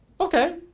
Okay